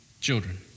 children